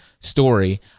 story